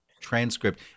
transcript